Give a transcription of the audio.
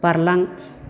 बारलां